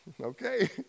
okay